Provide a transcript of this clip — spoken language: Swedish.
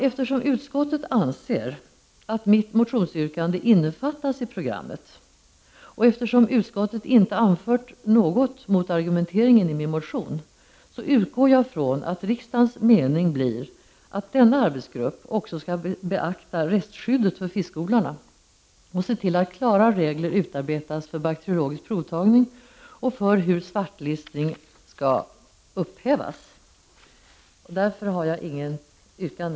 Eftersom utskottet anser att mitt motionsyrkande innefattas i programmet och eftersom utskottet inte anfört något mot argumenteringen i min motion, utgår jag från att riksdagens mening blir att denna arbetsgrupp också skall beakta rättsskyddet för fiskodlarna och se till att klara regler utarbetas för bakteriologisk provtagning och för hur svartlistning skall upphävas. Därför har jag inget yrkande.